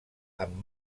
amb